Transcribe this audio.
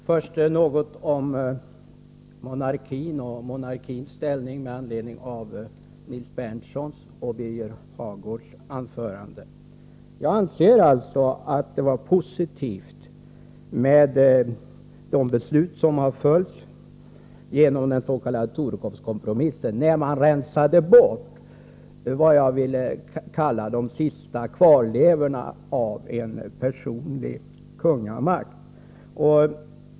Herr talman! Först något om monarkin och dess ställning med anledning av Nils Berndtsons och Birger Hagårds anföranden. Jag anser att det var positivt med de beslut som har följt efter den s.k. Torekovskompromissen, när man rensade bort vad jag vill kalla de sista kvarlevorna av en personlig kungamakt.